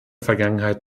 vergangenheit